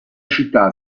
città